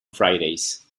fridays